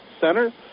center